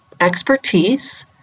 expertise